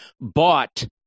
bought